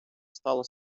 стала